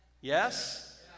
Yes